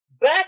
back